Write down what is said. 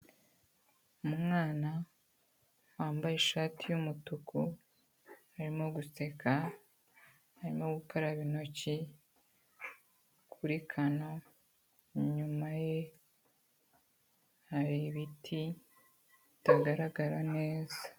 Umwana wambaye ishati y'umutuku, Arimo guseka. Arimo gukaraba intoki kuri kano. Inyuma ye hari ibiti bitagaragara neza.